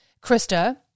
Krista